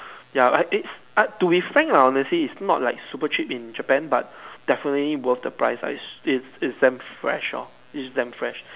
ya I its I to be frank honestly it's not like super cheap in Japan but definitely worth the price lah it's it's damn fresh lor it's damn fresh